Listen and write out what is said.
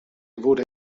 wurde